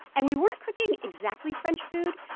and we weren't cooking exactly french food.